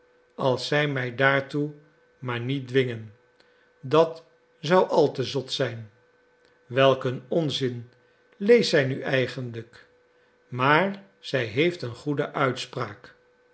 als zij mij daartoe maar niet dwingen dat zou al te zot zijn welk een onzin leest zij nu eigenlijk maar zij heeft een goede uitspraak